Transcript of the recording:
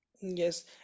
Yes